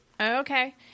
Okay